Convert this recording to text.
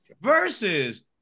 versus